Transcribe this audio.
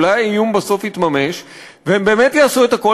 אולי האיום בסוף יתממש והם באמת יעשו את הכול